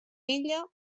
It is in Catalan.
ella